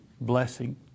blessing